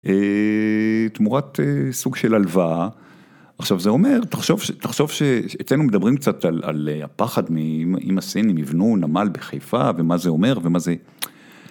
תמורת סוג של הלוואה, עכשיו זה אומר, תחשוב שאצלנו מדברים קצת על הפחד אם הסינים יבנו נמל בחיפה ומה זה אומר ומה זה.